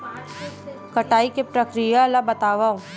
कटाई के प्रक्रिया ला बतावव?